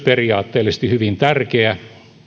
periaatteellisesti hyvin tärkeä